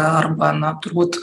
arba na turbūt